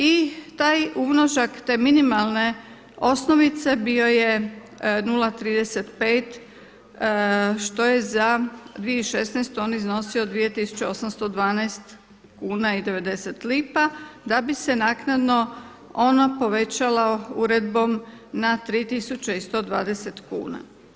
I taj umnožak, te minimalne osnovice bio je 0,35 što je za 2016. on iznosio 2812 kuna i 90 lipa da bi se naknadno ona povećala uredbom na 3120 kuna.